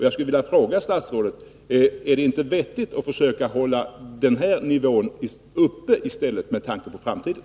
Jag vill fråga statsrådet: Är det inte vettigt att i stället försöka hålla denna nivå uppe med tanke på framtiden?